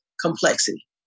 complexity